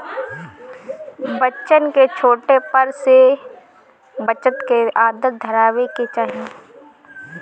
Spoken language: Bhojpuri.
बच्चन के छोटे पर से बचत के आदत धरावे के चाही